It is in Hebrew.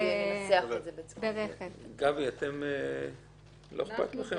גבי, לא איכפת לכם?